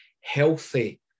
healthy